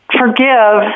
forgive